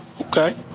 Okay